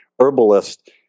herbalist